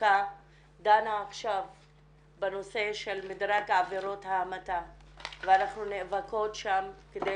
חוקה דנה עכשיו בנושא של מדרג עבירות ההמתה ואנחנו נאבקות שם כדי